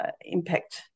impact